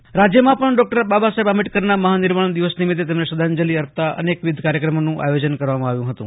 આંબેડકર નિર્વાણ દિનઃ રાજ્ય રાજ્યમાં પણ ડોકટર બાબાસાહેબ આંબેડકરના મહાનિર્વાણ દિવસ નિમિત્તે તેમને શ્રદ્ધાંજલિ અર્પતા અનેકવિધ કાર્યક્રમોનું આયોજન કરવામાં આવ્યું હતું